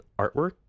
artwork